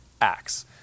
acts